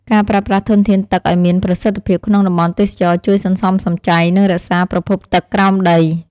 ការប្រើប្រាស់ធនធានទឹកឱ្យមានប្រសិទ្ធភាពក្នុងតំបន់ទេសចរណ៍ជួយសន្សំសំចៃ និងរក្សាប្រភពទឹកក្រោមដី។